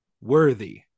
worthy